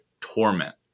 torment